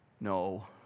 No